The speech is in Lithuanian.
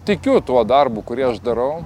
tikiu tuo darbu kurį aš darau